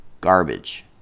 Garbage